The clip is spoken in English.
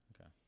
Okay